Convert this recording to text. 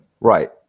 Right